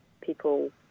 people